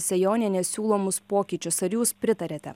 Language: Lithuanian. sejonienės siūlomus pokyčius ar jūs pritariate